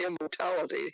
immortality